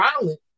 violent